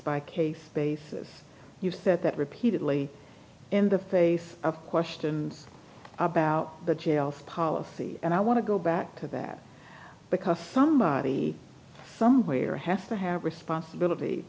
by case basis you've said that repeatedly in the face of questions about the jails policy and i want to go back to that because somebody somewhere has to have responsibility